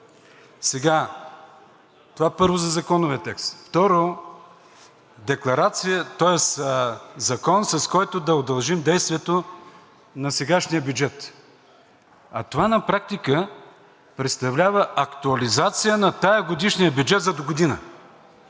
Сега, това първо, за законовия текст. Второ, закон, с който да удължим действието на сегашния бюджет. Това на практика представлява актуализация на тазгодишния бюджет за догодина.